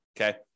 Okay